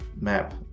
Map